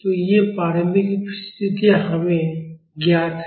तो ये प्रारंभिक स्थितियां हमें ज्ञात हैं